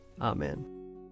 Amen